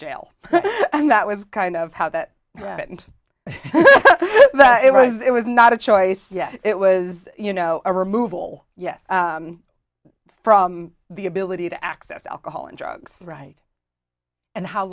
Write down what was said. jail and that was kind of how that happened it was it was not a choice yet it was you know a removal yes from the ability to access alcohol and drugs right and how